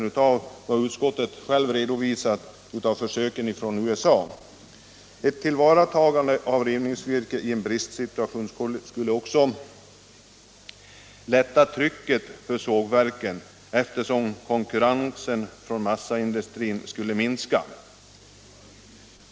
också av vad utskottet redovisar av försöken från USA. Ett tillvaratagande av rivningsvirke i en bristsituation skulle också lätta trycket för sågverken, eftersom konkurrensen om råvaran från massaindustrin skulle minska.